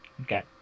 Okay